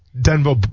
Denver